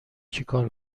چیکار